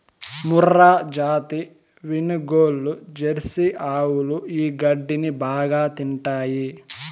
మూర్రాజాతి వినుగోడ్లు, జెర్సీ ఆవులు ఈ గడ్డిని బాగా తింటాయి